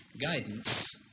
guidance